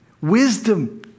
Wisdom